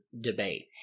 debate